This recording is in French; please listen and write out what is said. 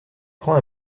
prend